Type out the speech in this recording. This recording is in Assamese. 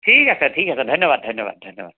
ঠিক আছে ঠিক আছে ধন্য়বাদ ধন্য়বাদ ধন্য়বাদ